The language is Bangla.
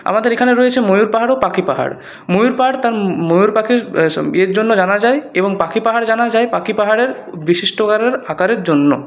আমাদের এখানে রয়েছে ময়ূর পাহাড় ও পাখি পাহাড় ময়ূর পাহাড় তার ময়ূর পাখির ইয়ের জন্য জানা যায় এবং পাখি পাহাড় জানা যায় পাখি পাহাড়ের বিশিষ্টকারের আকারের জন্য